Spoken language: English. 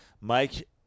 Mike